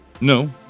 No